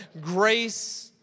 grace